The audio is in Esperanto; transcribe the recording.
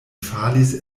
falis